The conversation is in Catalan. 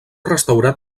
restaurat